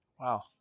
Wow